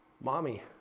Mommy